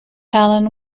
allan